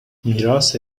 میراث